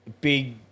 big